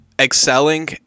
excelling